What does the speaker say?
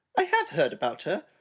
i have heard about her.